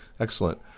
Excellent